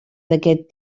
d’aquest